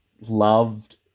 loved